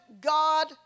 God